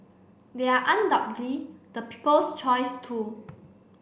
they are undoubtedly the people's choice too